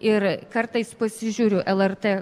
ir kartais pasižiūriu lrt